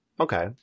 Okay